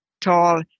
tall